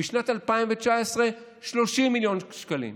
בשנת 2019, 30 מיליון שקלים.